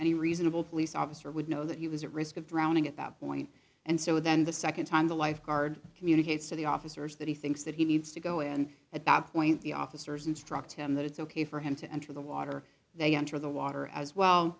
any reasonable police officer would know that he was at risk of drowning at that point and so then the nd time the lifeguard communicates to the officers that he thinks that he needs to go and at that point the officers instruct him that it's ok for him to enter the water they enter the water as well